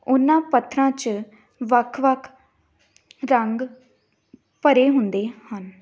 ਉਹਨਾਂ ਪੱਥਰਾਂ 'ਚ ਵੱਖ ਵੱਖ ਰੰਗ ਭਰੇ ਹੁੰਦੇ ਹਨ